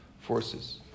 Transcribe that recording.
forces